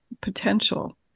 potential